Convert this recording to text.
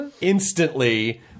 instantly